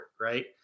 right